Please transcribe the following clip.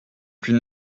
plus